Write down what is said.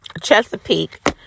Chesapeake